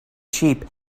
sheep